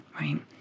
right